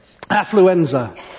Affluenza